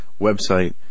website